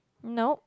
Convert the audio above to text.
nope